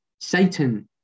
Satan